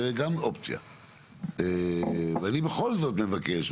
אני בכל זאת מבקש,